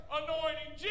anointing